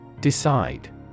Decide